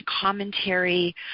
commentary